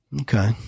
Okay